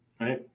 right